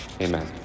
Amen